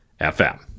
FM